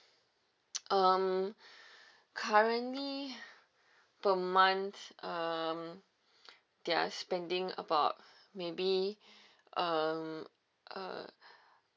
um currently per month um they are spending about maybe um uh